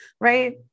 Right